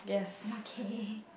nothing